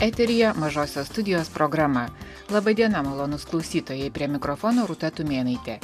eteryje mažosios studijos programa laba diena malonūs klausytojai prie mikrofono rūta tumėnaitė